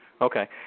Okay